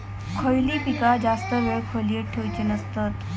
खयली पीका जास्त वेळ खोल्येत ठेवूचे नसतत?